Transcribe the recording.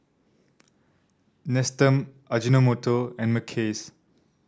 Nestum Ajinomoto and Mackays